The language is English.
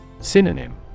Synonym